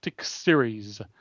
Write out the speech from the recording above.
Series